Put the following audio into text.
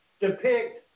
depict